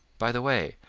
by the way,